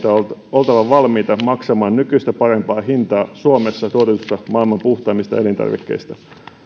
oltava valmiita maksamaan nykyistä parempaa hintaa suomessa tuotetuista maailman puhtaimmista elintarvikkeista